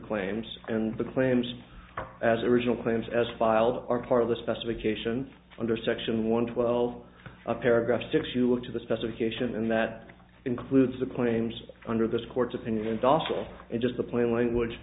claims and the claims as the original claims as filed are part of the specification under section one twelve a paragraph six you look to the specification and that includes the claims under this court's opinion docile and just the plain language